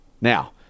Now